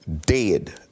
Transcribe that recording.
dead